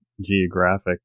geographic